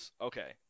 okay